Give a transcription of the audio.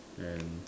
and